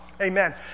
Amen